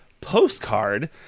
postcard